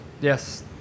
Yes